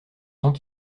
temps